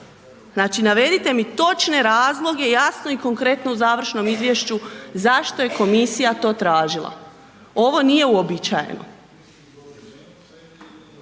Znači navedite mi točne razloge jasno i konkretno u završnom izvješću zašto je komisija to tražila. Ovo nije uobičajeno.